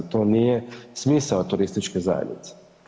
To nije smisao turističke zajednice.